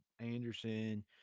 Anderson